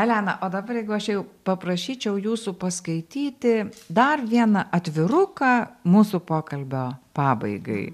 elena o dabar jeigu aš jau paprašyčiau jūsų paskaityti dar vieną atviruką mūsų pokalbio pabaigai